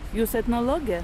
jūs etnologė